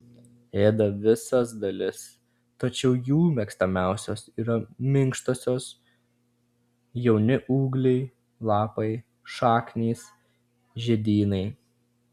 ėda visas dalis tačiau jų mėgstamiausios yra minkštosios jauni ūgliai lapai šaknys žiedynai